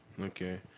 Okay